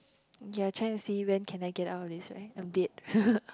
you are trying to see when can I get out of these right I'm dead